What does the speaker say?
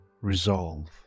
resolve